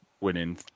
winning